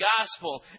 gospel